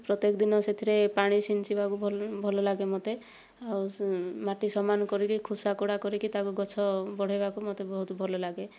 ପ୍ରତ୍ୟକ ଦିନ ସେଥିରେ ପାଣି ଛିଞ୍ଚିବାକୁ ଭଲ ଲାଗେ ମୋତେ ଆଉ ମାଟି ସମାନ କରିକି ଖୁସା କୋଡ଼ା କରିକି ତାକୁ ଗଛ ବଢ଼େଇବାକୁ ମୋତେ ବହୁତ ଭଲ ଲାଗେ